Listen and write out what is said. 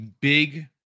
big